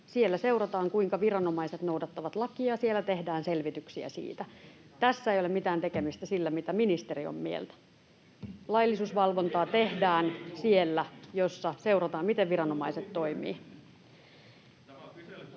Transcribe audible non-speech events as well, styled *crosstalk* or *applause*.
Siellä seurataan, kuinka viranomaiset noudattavat lakia, ja siellä tehdään selvityksiä siitä. Tässä ei ole mitään tekemistä sillä, mitä ministeri on mieltä. *noise* Laillisuusvalvontaa tehdään siellä, missä seurataan, miten viranomaiset toimivat.